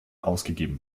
ausgegeben